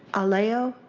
aleo?